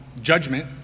judgment